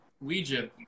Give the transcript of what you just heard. Ouija